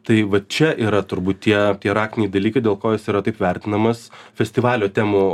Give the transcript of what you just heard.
tai va čia yra turbūt tie raktiniai dalykai dėl ko jis yra taip vertinamas festivalio temų